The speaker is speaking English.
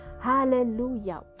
Hallelujah